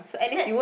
that